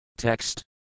Text